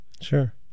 sure